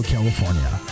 California